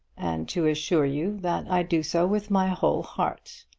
and to assure you that i do so with my whole heart.